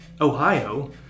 Ohio